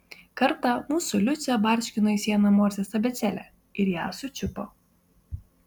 kartą mūsų liucė barškino į sieną morzės abėcėle ir ją sučiupo